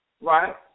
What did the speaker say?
right